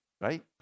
right